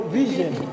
vision